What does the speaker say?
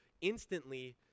instantly